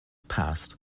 past